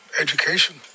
education